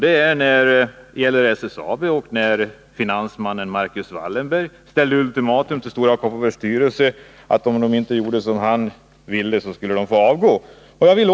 Det gäller SSAB och det ultimatum som finansmannen Marcus Wallenberg ställde till Stora Kopparbergs styrelse, vilket innebar att den skulle tvingas avgå, om den inte gjorde som han ville.